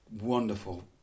wonderful